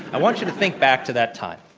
i want you to think back to that time.